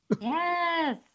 Yes